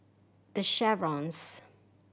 The Chevrons